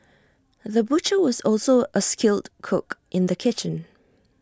the butcher was also A skilled cook in the kitchen